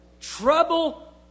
Trouble